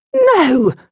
No